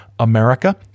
America